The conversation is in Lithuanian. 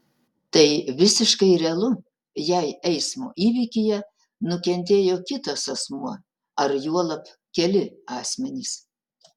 tai visiškai realu jei eismo įvykyje nukentėjo kitas asmuo ar juolab keli asmenys